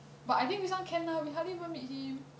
but I think this one can lah we hardly even meet him